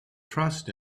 trust